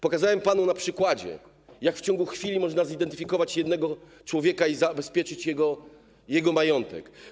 Pokazałem panu na przykładzie, jak w ciągu chwili można zidentyfikować jednego człowieka i zabezpieczyć jego majątek.